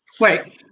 Wait